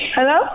Hello